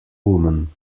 women